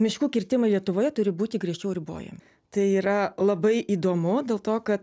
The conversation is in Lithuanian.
miškų kirtimai lietuvoje turi būti griežčiau ribojami tai yra labai įdomu dėl to kad